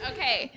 Okay